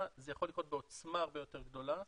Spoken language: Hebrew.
זה יכול לקרות בעוצמה הרבה יותר גדולה.